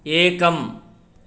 एकम्